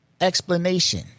explanation